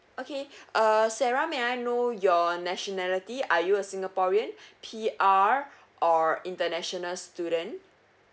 okay err sarah may I know your nationality are you a singaporean P_R or international student